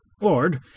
Lord